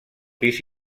pis